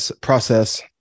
process